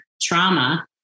trauma